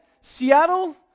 Seattle